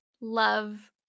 love